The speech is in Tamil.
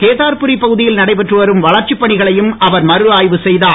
கேதார்புரி பகுதியில் நடைபெற்று வரும் வளர்ச்சிப் பணிகளையும் அவர் மறுஆய்வு செய்தார்